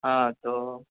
હં તો